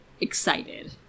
excited